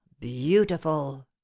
beautiful